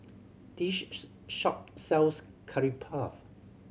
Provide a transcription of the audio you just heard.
shop sells Curry Puff